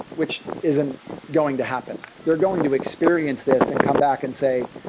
which isn't going to happen they're going to experience this and come back and say,